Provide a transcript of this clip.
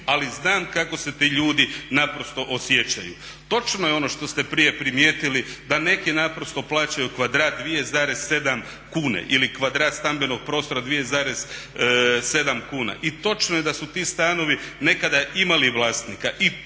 Ali znam kako se ti ljudi naprosto osjećaju. Točno je ono što ste prije primijetili da neki naprosto plaćaju kvadrat 2,7 kune. I točno je da su ti stanovi nekada imali vlasnika i točno